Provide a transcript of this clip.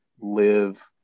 live